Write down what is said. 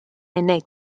unig